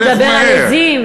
במיוחד שהוא מדבר על עזים.